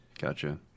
Gotcha